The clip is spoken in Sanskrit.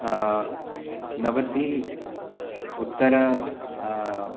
नवति उत्तर